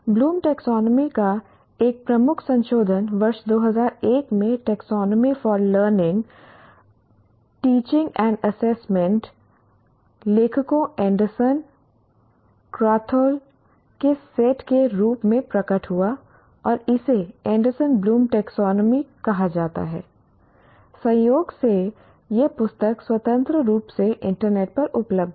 Bloom taxonomy Bloom's taxonomy का एक प्रमुख संशोधन वर्ष 2001 में taxonomy for learning teaching and assessment लेखकों एंडरसन क्रैथहॉल के सेट के रूप में प्रकट हुआ और इसे एंडरसन ब्लूम टैक्सोनॉमी कहा जाता है और संयोग से यह पुस्तक स्वतंत्र रूप से इंटरनेट पर उपलब्ध है